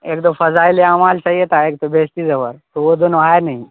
ایک تو فضائل اعمال چاہئے تھا ایک تو بہشتی زیور تو وہ دونوں آیا نہیں